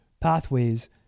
Pathways